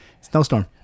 snowstorm